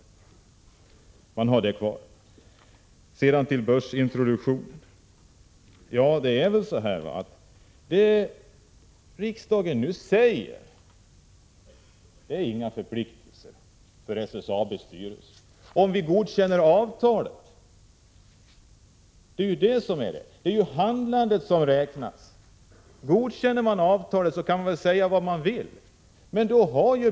Sedan till frågan om börsintroduktionen. Det riksdagen nu säger, om avtalet godkänns, innebär inga förpliktelser för SSAB:s styrelse, utan det är handlandet som räknas.